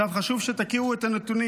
עכשיו, חשוב שתכירו את הנתונים.